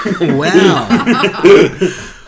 Wow